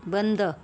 बंद